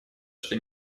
что